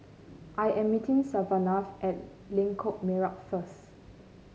I am meeting Savanah at Lengkok Merak first